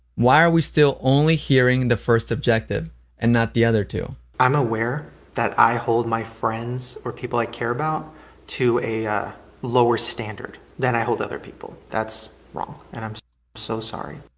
why are we still only hearing the first objective and not the other two? i'm aware that i hold my friends or people i care about to a lower standard than i hold other people. that's wrong and i'm so sorry.